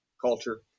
culture